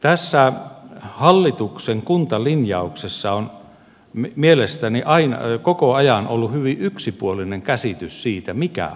tässä hallituksen kuntalinjauksessa on mielestäni koko ajan ollut hyvin yksipuolinen käsitys siitä mikä on kunta